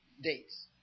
dates